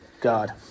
God